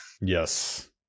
Yes